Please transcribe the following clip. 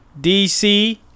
DC